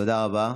תודה רבה.